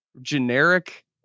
generic